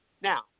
now